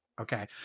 Okay